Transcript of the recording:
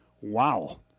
Wow